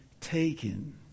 taken